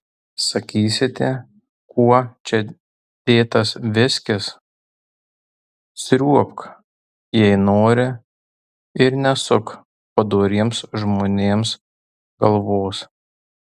sakysite kuo čia dėtas viskis sriuobk jei nori ir nesuk padoriems žmonėms galvos